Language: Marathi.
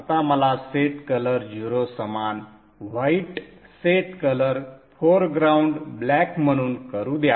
आता मला सेट कलर 0 समान white set colour foreground black म्हणून करू द्या